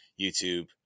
YouTube